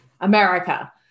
America